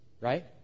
right